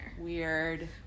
Weird